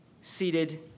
seated